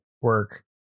work